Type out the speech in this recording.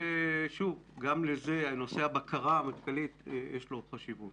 שוב, נושא הבקרה המטכ"לית, יש לו חשיבות.